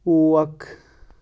وق